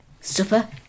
Supper